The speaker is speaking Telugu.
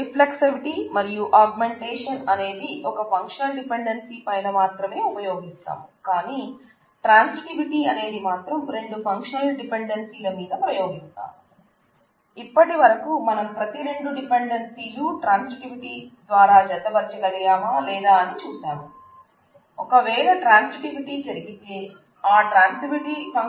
రిఫ్లెక్సివిటీ F లో కలుపుతాం